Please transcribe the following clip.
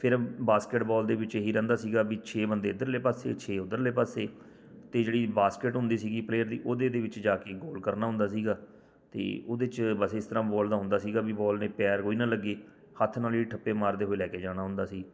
ਫਿਰ ਬਾਸਕੇਟਬੋਲ ਦੇ ਵਿੱਚ ਇਹ ਹੀ ਰਹਿੰਦਾ ਸੀਗਾ ਵੀ ਛੇ ਬੰਦੇ ਇੱਧਰਲੇ ਪਾਸੇ ਛੇ ਉੱਧਰਲੇ ਪਾਸੇ ਅਤੇ ਜਿਹੜੀ ਬਾਸਕਿਟ ਹੁੰਦੀ ਸੀਗੀ ਪਲੇਅਰ ਦੀ ਉਹਦੇ ਦੇ ਵਿੱਚ ਜਾ ਕੇ ਗੋਲ ਕਰਨਾ ਹੁੰਦਾ ਸੀਗਾ ਅਤੇ ਉਹਦੇ 'ਚ ਬਸ ਇਸ ਤਰ੍ਹਾਂ ਬੋਲ ਦਾ ਹੁੰਦਾ ਸੀਗਾ ਵੀ ਬੋਲ ਦੇ ਪੈਰ ਕੋਈ ਨਾ ਲੱਗੇ ਹੱਥ ਨਾਲ ਹੀ ਠੱਪੇ ਮਾਰਦੇ ਹੋਏ ਲੈ ਕੇ ਜਾਣਾ ਹੁੰਦਾ ਸੀ